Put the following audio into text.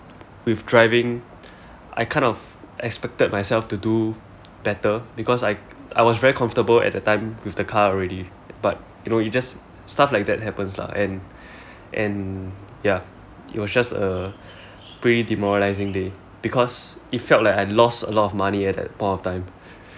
with driving I kind of expected myself to do better because I I was very comfortable at the time with the car already but you know you just stuff like that happens lah and and ya it was just a pretty demoralising day because it felt like I lost a lot of money at that point of time